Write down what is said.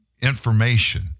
information